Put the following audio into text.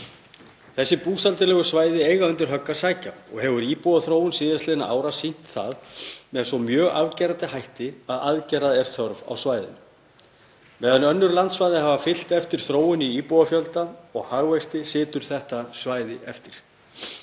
Þessi búsældarlegu svæði eiga undir högg að sækja og hefur íbúaþróun síðastliðinna ára sýnt það með mjög afgerandi hætti að aðgerða er þörf á svæðinu. Meðan önnur landsvæði hafa fylgt eftir þróun í íbúafjölda og hagvexti situr þetta svæði eftir.